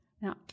Now